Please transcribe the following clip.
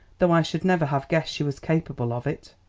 though i should never have guessed she was capable of it.